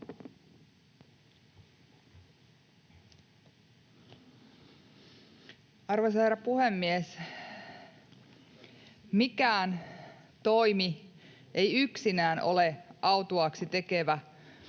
Arvoisa herra puhemies! Mikään toimi ei yksinään ole autuaaksi tekevä